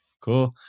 Cool